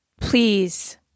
Please